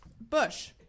Bush